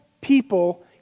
people